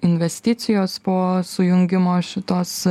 investicijos po sujungimo šitos